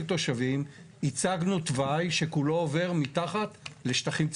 תושבים הצגנו תוואי שכולו עובר מתחת לשטחים ציבוריים.